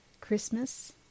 Christmas